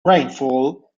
rainfall